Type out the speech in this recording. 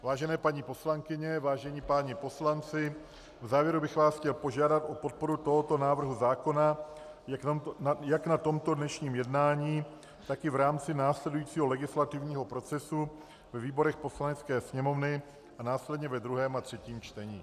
Vážené paní poslankyně, vážení páni poslanci, v závěru bych vás chtěl požádat o podporu tohoto návrhu zákona jak na tomto dnešním jednání, tak i v rámci následujícího legislativního procesu ve výborech Poslanecké sněmovny a následně ve druhém a třetím čtení.